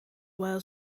well